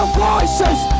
voices